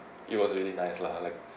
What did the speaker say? it was really nice lah like